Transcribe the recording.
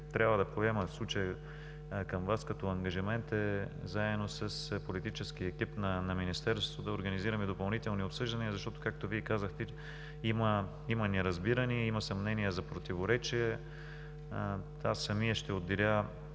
трябва да поема в случая, като ангажимент към Вас, е заедно с политическия екип на Министерството да организираме допълнителни обсъждания, защото както Вие казахте, има неразбиране, има съмнения за противоречие. Аз самият ще отделя